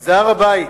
זה הר-הבית,